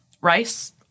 Rice